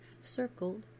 circled